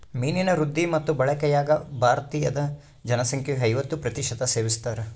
ಮೀನಿನ ವೃದ್ಧಿ ಮತ್ತು ಬಳಕೆಯಾಗ ಭಾರತೀದ ಜನಸಂಖ್ಯೆಯು ಐವತ್ತು ಪ್ರತಿಶತ ಸೇವಿಸ್ತಾರ